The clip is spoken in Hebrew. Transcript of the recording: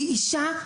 היא אישה,